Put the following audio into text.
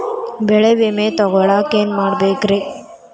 ಬೆಳೆ ವಿಮೆ ತಗೊಳಾಕ ಏನ್ ಮಾಡಬೇಕ್ರೇ?